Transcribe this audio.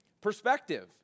Perspective